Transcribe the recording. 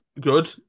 Good